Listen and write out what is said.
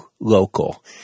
local